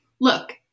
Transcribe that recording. Look